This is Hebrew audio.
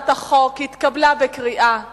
שהצעת החוק התקבלה בקריאה שנייה,